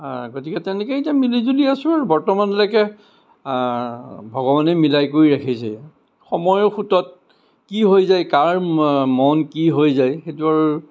গতিকে তেনেকৈয়ে এতিয়া মিলিজুলি আছো আৰু বৰ্তমানলৈকে ভগৱানে মিলাই কৰি ৰাখিছে সময়ৰ সোঁতত কি হৈ যায় কাৰ মৰণ কি হৈ যায় সেইটো আৰু